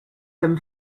them